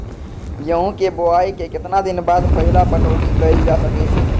गेंहू के बोआई के केतना दिन बाद पहिला पटौनी कैल जा सकैछि?